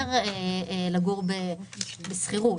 עובר לגור בשכירות.